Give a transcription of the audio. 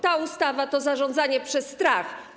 Ta ustawa to zarządzanie przez strach.